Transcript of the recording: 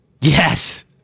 Yes